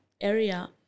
area